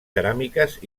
ceràmiques